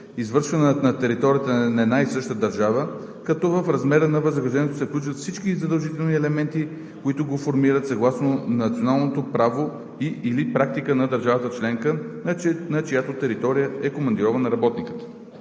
извършвана на територията на една и съща държава, като в размера на възнаграждението се включват всички задължителни елементи, които го формират, съгласно националното право и/или практика на държавата членка, на чиято територия е командирован работникът.